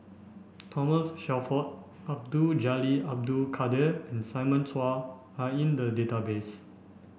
Thomas Shelford Abdul Jalil Abdul Kadir and Simon Chua are in the database